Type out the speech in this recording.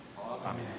Amen